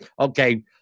okay